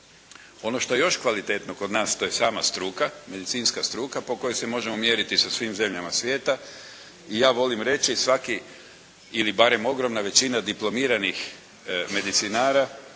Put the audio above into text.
Ono što je još kvalitetno kod nas to je sama struka, medicinska struka po kojoj se možemo mjeriti sa svim zemljama svijeta i ja volim reći svaki ili barem ogromna većina diplomiranih medicinara